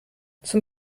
zum